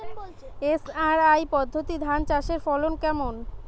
SRI পদ্ধতি ধান চাষের ফলন কেমন?